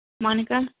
Monica